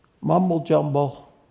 mumble-jumble